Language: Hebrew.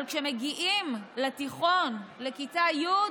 אבל כשמגיעים לתיכון, לכיתה י',